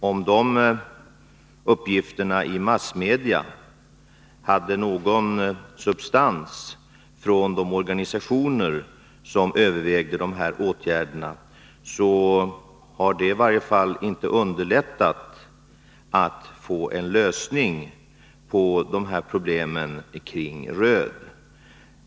Om de här uppgifterna i massmedia hade någon substans när det gäller de organisationer som övervägde åtgärderna, har det i varje fall inte underlättat möjligheterna att få till stånd en lösning på problemen kring Röed.